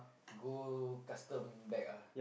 go custom back ah